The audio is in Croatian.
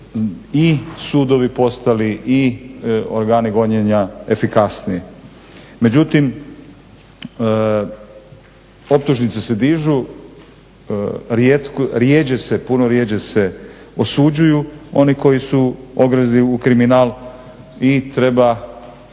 i sudovi postali i organi gonjenja efikasniji. Međutim optužnice se dižu, rijetko se puno rjeđe se osuđuju oni koji su ogrezli u kriminal i treba